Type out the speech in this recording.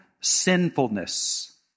sinfulness